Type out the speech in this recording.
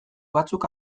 batzuk